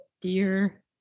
dear